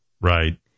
Right